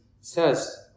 says